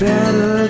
Better